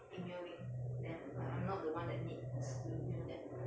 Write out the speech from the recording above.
emailing them like I'm not the one that needs to email them